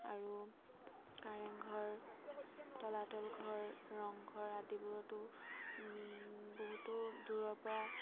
আৰু কাৰেংঘৰ তলাতল ঘৰ ৰংঘৰ আদিবোৰতো বহুতো দূৰৰপৰা